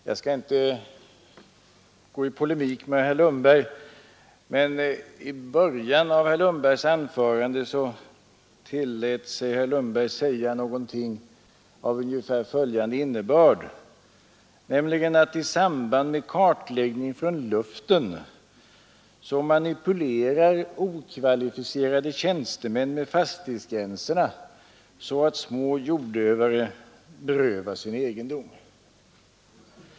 Jag skall inte gå i polemik med herr Lundberg, men i början av sitt anförande tillät sig herr Lundberg att säga någonting av ungefär den innebörden att i samband med kartläggning från luften manipulerar okvalificerade tjänstemän med fastighetsgränserna så att små jordägare berövas sin egendom.